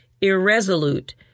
irresolute